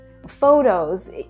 photos